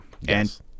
Yes